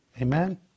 Amen